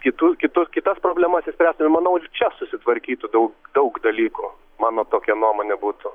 kitų kitus kitas problemas išspręstų ir manau čia susitvarkytų daug dalykų mano tokia nuomonė būtų